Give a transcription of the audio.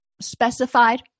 specified